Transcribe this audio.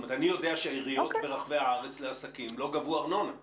אני יודע שהעיריות ברחבי הארץ לא גבו ארנונה לעסקים.